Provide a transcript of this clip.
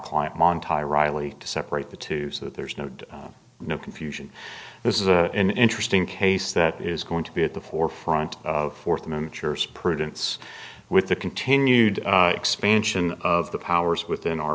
montoya riley to separate the two so that there's no confusion this is an interesting case that is going to be at the forefront of fourth miniatures prudence with the continued expansion of the powers within our